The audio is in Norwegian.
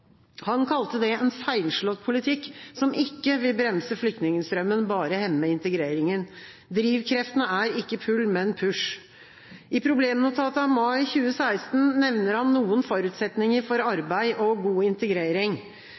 Han kalte det en feilslått politikk som ikke vil bremse flyktningstrømmen, bare hemme integreringen. Drivkreftene er ikke «pull», men «push». I problemnotatet av mai 2016 nevner han noen forutsetninger for arbeid og god integrering: